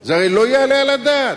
זה הרי לא יעלה על הדעת.